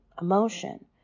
emotion